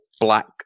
black